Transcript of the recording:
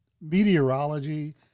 meteorology